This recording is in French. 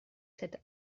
cet